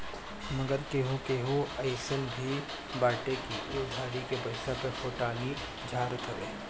मगर केहू केहू अइसन भी बाटे की उ उधारी के पईसा पे फोटानी झारत हवे